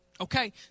Okay